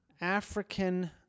African